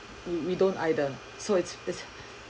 we we don't either so it's it's